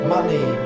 Money